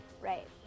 Right